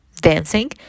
dancing